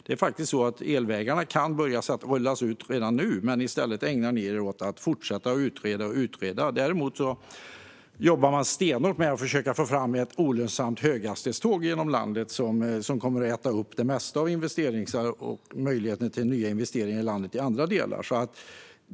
Det är faktiskt så att elvägarna kan börja rullas ut redan nu, men i stället ägnar ni er åt att fortsätta utreda och utreda. Däremot jobbar man stenhårt med att försöka få fram ett olönsamt höghastighetståg genom landet som kommer att äta upp det mesta av investeringsarvet och möjligheten till nya investeringar i andra delar av landet.